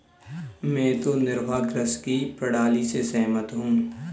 मैं तो निर्वाह कृषि की प्रणाली से सहमत हूँ